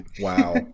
Wow